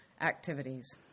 activities